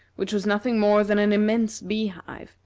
which was nothing more than an immense bee-hive,